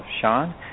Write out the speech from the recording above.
Sean